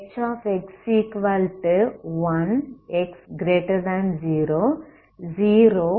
H1 x0 0 x0